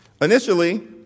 Initially